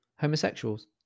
homosexuals